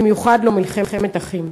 ובמיוחד לא מלחמת אחים.